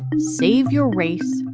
save your race,